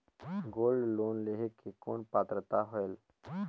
Gold loan लेहे के कौन पात्रता होएल?